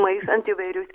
maišant įvairius